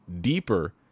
deeper